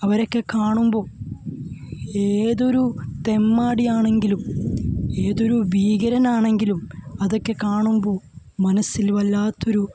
അവരെക്കെ കാണുമ്പോൾ ഏതൊരു തെമ്മാടിയാണെങ്കിലും ഏതൊരു ഭീകരൻ ആണെങ്കിലും അതൊക്കെ കാണുമ്പോൾ മനസ്സിൽ വല്ലാത്തൊരു